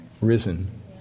risen